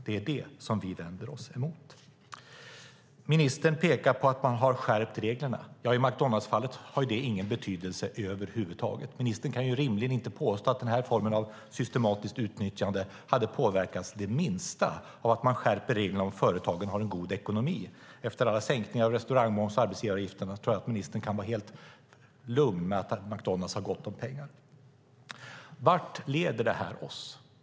Det är det vi vänder oss mot. Ministern pekar på att man har skärpt reglerna. I McDonaldsfallet har det ingen betydelse över huvud taget. Ministern kan rimligen inte påstå att denna form av systematiskt utnyttjade har påverkats det minsta av att man skärper reglerna om företagen har en god ekonomi. Efter alla sänkningar av restaurangmoms och arbetsgivaravgifter kan ministern vara helt lugn med att McDonalds har gott om pengar. Vart leder detta oss?